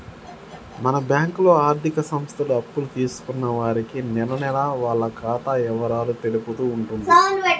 మన బ్యాంకులో ఆర్థిక సంస్థలు అప్పులు తీసుకున్న వారికి నెలనెలా వాళ్ల ఖాతా ఇవరాలు తెలుపుతూ ఉంటుంది